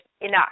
enough